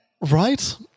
Right